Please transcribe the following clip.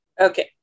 Okay